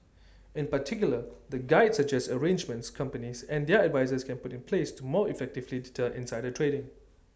in particular the guide suggests arrangements companies and their advisers can put in place to more effectively deter insider trading